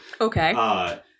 Okay